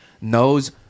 knows